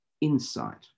insight